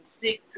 Six